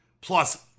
plus